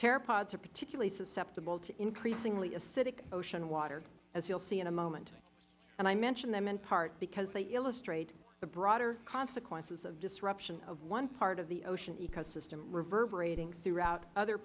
pteropods are particularly susceptible to increasingly acidic ocean water as you will see in a moment and i mention them in part because they illustrate the broader consequences of disruption of one part of the ocean ecosystem reverberating throughout other